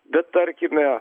bet tarkime